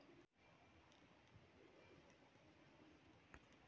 मुझे जनवरी से मार्च तक मेरे खाते का विवरण दिखाओ?